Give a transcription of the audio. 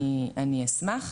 אני אשמח.